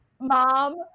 Mom